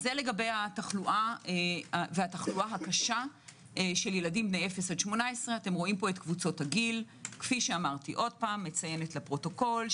זה לגבי התחלואה והתחלואה הקשה של ילדים בין 0 עד 18. כאמור משרד